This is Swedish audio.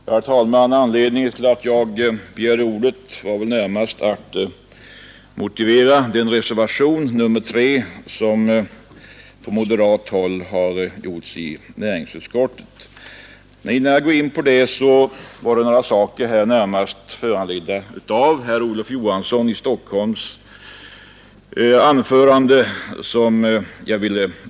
Herr talman! Anledningen till att jag begärde order var närmast, att jag ville motivera den reservation, nr 3 a, som från moderat håll har avgivits i näringsutskottets betänkande. Men innan jag gör det vill jag kommentera ett par uttalanden i herr Olof Johanssons i Stockholm anförande.